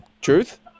Truth